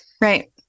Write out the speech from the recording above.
Right